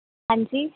ਹਾਂਜੀ